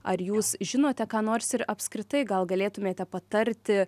ar jūs žinote ką nors ir apskritai gal galėtumėte patarti